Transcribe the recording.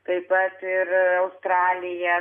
taip pat ir australija